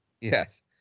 yes